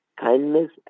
Kindness